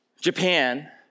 Japan